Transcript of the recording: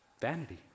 Vanity